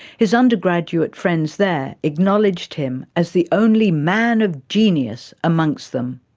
his undergraduate friends there acknowledged him as the only man of genius amongst them.